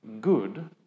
good